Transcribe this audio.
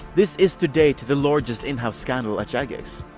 this is to date the largest in-house scandal at jagex.